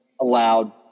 allowed